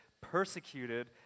Persecuted